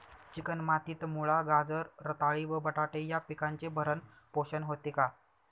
Chicken मातीत मुळा, गाजर, रताळी व बटाटे या पिकांचे भरण पोषण होते का?